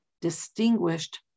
distinguished